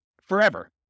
Forever